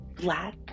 black